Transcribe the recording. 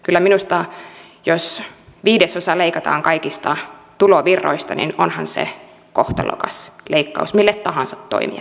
kyllä minusta on niin että jos viidesosa leikataan kaikista tulovirroista niin onhan se kohtalokas leikkaus mille tahansa toimijalle